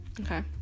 okay